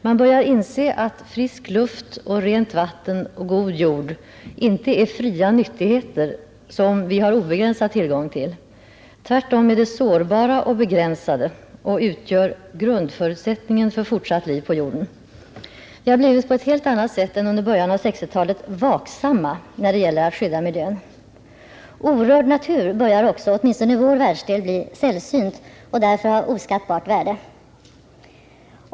Man börjar inse att frisk luft, rent vatten och god jord inte är fria nyttigheter som vi har obegränsad tillgång till. Tvärtom är de sårbara och begränsade och utgör grundförutsättningen för fortsatt liv på jorden. Vi har blivit på ett helt annat sätt än under början av 1960-talet vaksamma när det gäller att skydda miljön. Orörd natur börjar också, åtminstone i vår världsdel, bli sällsynt och därför av oskattbart värde.